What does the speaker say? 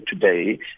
today